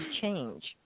change